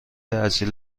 اصیل